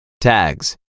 Tags